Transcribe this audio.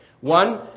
One